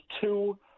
two